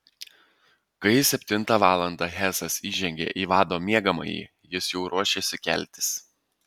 kai septintą valandą hesas įžengė į vado miegamąjį jis jau ruošėsi keltis